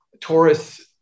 Taurus